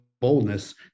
boldness